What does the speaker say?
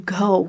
go